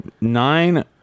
Nine